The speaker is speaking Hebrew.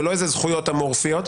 ולא איזה זכויות אמורפיות.